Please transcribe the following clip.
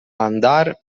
andar